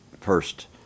first